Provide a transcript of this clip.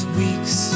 weeks